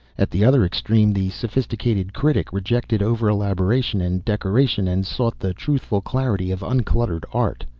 at the other extreme, the sophisticated critic rejected over-elaboration and decoration and sought the truthful clarity of uncluttered art.